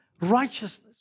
righteousness